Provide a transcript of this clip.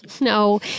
no